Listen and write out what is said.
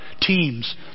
teams